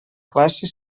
classe